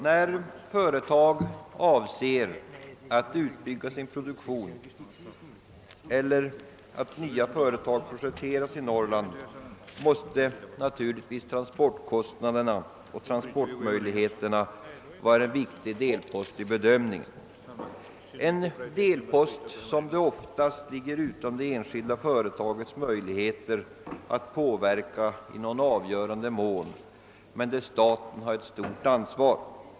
När företag avser att utbygga sin produktion eller när nya företag projekteras i Norrland, måste naturligtvis transportkostnaderna och transportmöjligheterna vara en viktig delpost i bedömningen som oftast ligger utanför de enskilda företagens möjligheter att påverka i någon avgörande mån, men där staten har ett stort ansvar.